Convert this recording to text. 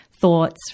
thoughts